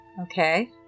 Okay